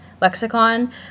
lexicon